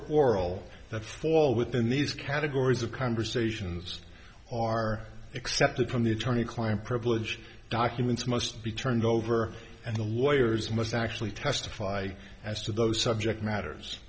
or oral that fall within these categories of conversations are except the from the attorney client privilege documents must be turned over and the lawyers must actually testify as to those subject matters